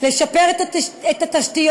לשפר את התשתיות,